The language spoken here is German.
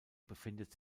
befindet